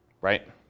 Right